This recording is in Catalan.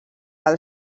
del